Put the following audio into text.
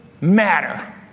matter